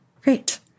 Great